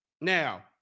Now